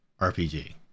RPG